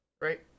right